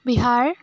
Bihar